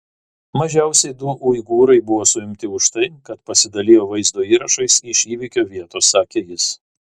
mažiausiai du uigūrai buvo suimti už tai kad pasidalijo vaizdo įrašais iš įvykio vietos sakė jis